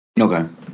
Okay